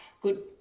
good